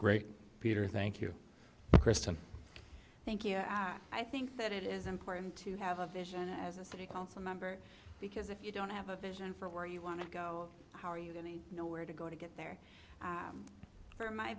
great peter thank you kristen thank you i think that it is important to have a vision as a city council member because if you don't have a vision for where you want to go how are you going to know where to go to get there for my